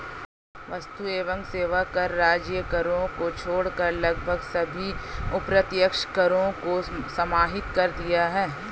वस्तु एवं सेवा कर राज्य करों को छोड़कर लगभग सभी अप्रत्यक्ष करों को समाहित कर दिया है